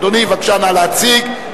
אדוני, נא להציג.